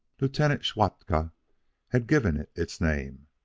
lieutenant schwatka had given it its name,